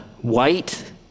white